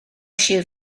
sir